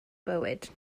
bywyd